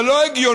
זה לא הגיוני.